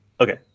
Okay